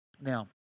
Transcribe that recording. Now